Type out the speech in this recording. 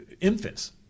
Infants